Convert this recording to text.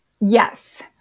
Yes